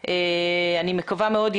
אני מקווה מאוד,